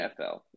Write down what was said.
NFL